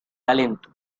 talento